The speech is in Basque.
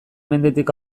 mendetik